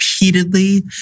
repeatedly